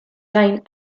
gain